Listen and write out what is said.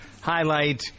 highlight